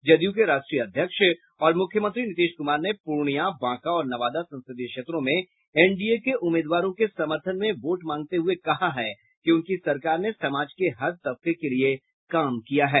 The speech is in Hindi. जदयू के राष्ट्रीय अध्यक्ष और मुख्यमंत्री नीतीश कुमार ने पूर्णिया बांका और नवादा संसदीय क्षेत्रों में एनडीए के उम्मीदवारों के समर्थन में वोट मांगते हुए कहा कि उनकी सरकार ने समाज के हर तबके के लिए काम किया है